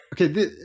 Okay